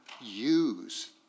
use